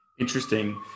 Interesting